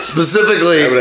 Specifically